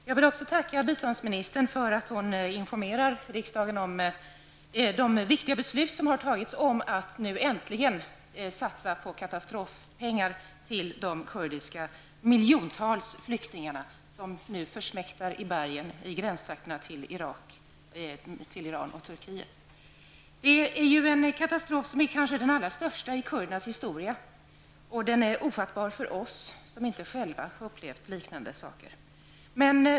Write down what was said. Fru talman! Jag vill också tacka biståndsministern för att hon informerar riksdagen om det viktiga beslut som har fattats om att nu äntligen satsa på katastrofhjälp till de miljontals kurdiska flyktingar som försmäktar i bergen och i gränstrakterna till Det är en katastrof som kanske är den allra största i kurdernas historia. Den är ofattbar för oss som inte själva har upplevt liknande saker.